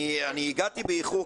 אני הגעתי באיחור,